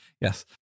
Yes